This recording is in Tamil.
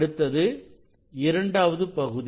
அடுத்து இரண்டாவது பகுதி